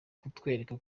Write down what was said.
kutwereka